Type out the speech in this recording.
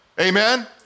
Amen